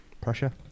Pressure